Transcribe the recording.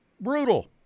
brutal